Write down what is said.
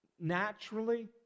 naturally